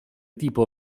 tipo